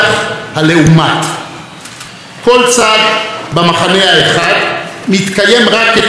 כל צד במחנה האחד מתקיים רק כתשליל של המחנה האחר,